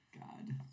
God